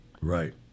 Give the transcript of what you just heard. Right